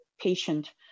patient